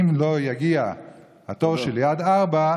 אם לא יגיע התור שלי עד 16:00,